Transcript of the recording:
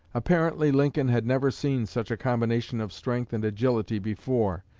apparently lincoln had never seen such a combination of strength and agility before.